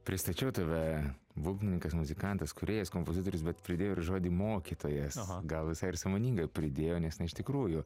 pristačiau tave būgnininkas muzikantas kūrėjas kompozitorius bet pridėjo ir žodį mokytojas gal visai ir sąmoningai pridėjo nes iš tikrųjų